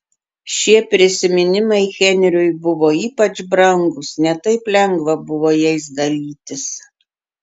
šie prisiminimai henriui buvo ypač brangūs ne taip lengva buvo jais dalytis